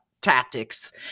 tactics